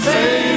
Say